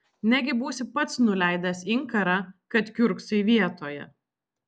negi būsi pats nuleidęs inkarą kad kiurksai vietoje